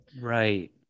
right